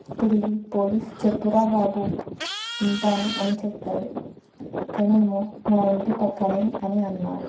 తిరిగి పోలీస్ చెప్పురా బాబు వింటాను అని చెప్తాడు తనేమో మా ఇంటి పక్కనే అని అన్నాడు